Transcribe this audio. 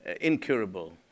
incurable